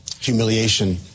Humiliation